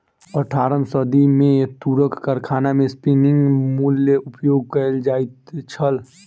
अट्ठारम सदी मे तूरक कारखाना मे स्पिन्निंग म्यूल उपयोग कयल जाइत छल